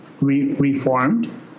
reformed